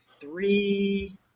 three